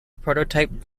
prototype